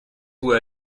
vous